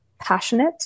passionate